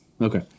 Okay